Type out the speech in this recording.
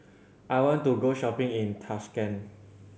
I want to go shopping in Tashkent